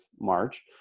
March